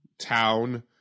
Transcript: town